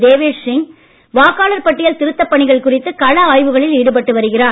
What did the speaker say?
தேவேஷ் சிங் வாக்காளர் பட்டியல் திருத்தப் பணிகள் குறித்து கள ஆய்வுகளில் ஈடுபட்டு வருகிறார்